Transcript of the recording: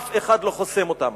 אף אחד לא חוסם אותם.